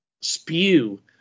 spew